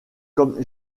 comme